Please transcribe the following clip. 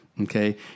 okay